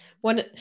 One